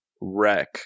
wreck